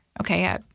Okay